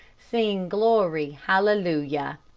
sing glory hallelujah.